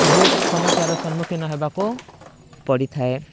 ବହୁତ ସମସ୍ୟାର ସମ୍ମୁଖୀନ ହେବାକୁ ପଡ଼ିଥାଏ